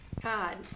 God